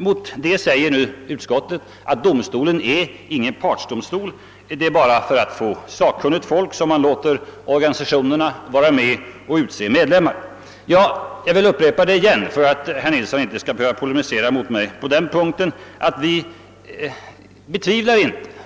Mot detta säger utskottet att arbetsdomstolen inte är en partsdomstol. Det är bara för att få sakkunnigt folk som man låter organisationerna vara med och utse medlemmar. Jag vill upprepa — för att herr Nilsson i Kalmar inte skall polemisera mot mig på den punkten — att vi inte